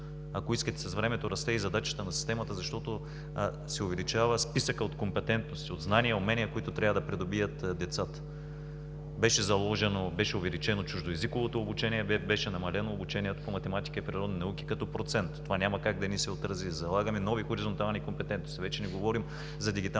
Ако искате, с времето расте и задачата на системата, защото се увеличава списъкът от компетентности, от знания, умения, които трябва да придобият децата. Беше увеличено чуждоезиковото обучение. Беше намалено обучението по математика и природни науки като процент. Това няма как да не се отрази. Залагаме нови хоризонтални компетентности. Вече не говорим за дигитални